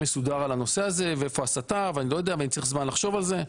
מסודר על הנושא הזה ואיפה הסטה ואני לא יודע ואני צריך זמן לחשוב על זה.